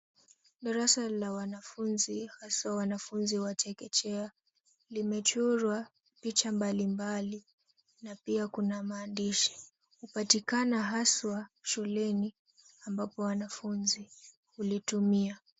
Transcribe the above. Darasa la wanafunzi, hasa wanafunzi wa chekechea, Kumechorwa picha mbalimbali na pia kuna maandishi. Hupatikana haswa shuleni ambapo wanafunzi hulitumia.